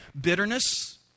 Bitterness